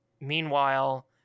meanwhile